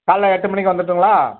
காலைல எட்டு மணிக்கு வந்துருட்டுங்களா